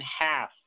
half